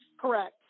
Correct